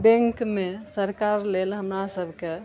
बैंकमे सरकार लेल हमरा सबके